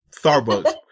starbucks